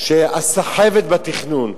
הסחבת בתכנון,